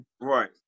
Right